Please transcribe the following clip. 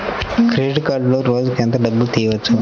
Credit కార్డులో రోజుకు ఎంత డబ్బులు తీయవచ్చు?